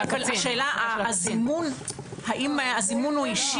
השאלה היא האם הזימון הוא אישי.